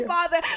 Father